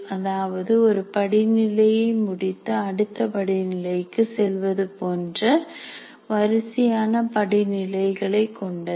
அதாவது ஒரு படிநிலையை முடித்து அடுத்த படிநிலைக்கு செல்வது போன்ற வரிசையான படிநிலைகளைக் கொண்டது